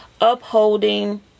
upholding